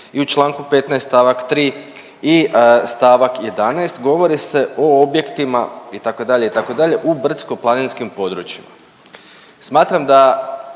i u čl. 15. st. 3. i st. 11. govori se o objektima itd., itd., u brdsko-planinskim područjima. Smatram da